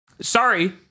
Sorry